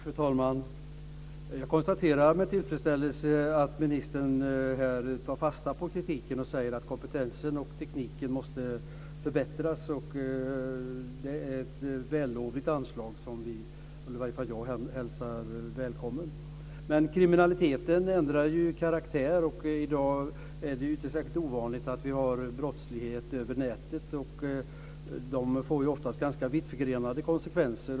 Fru talman! Jag konstaterar med tillfredsställelse att ministern här tar fasta på kritiken och säger att kompetensen och tekniken måste förbättras. Det är ett vällovligt anslag som jag välkomnar. Men kriminaliteten ändrar ju karaktär. I dag är det inte särskilt ovanligt att det sker brottslighet över nätet, och den brottsligheten får ju ofta ganska vittförgrenade konsekvenser.